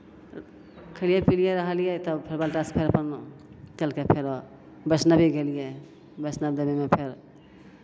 खेलियै पिलियै रहलियै तऽ फेर बालटासँ फेर अपन निकललकै फेरो वैष्णवी गेलियै वैष्णव देवीमे फेर